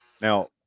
Now